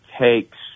takes